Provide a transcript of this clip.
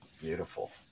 Beautiful